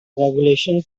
regulation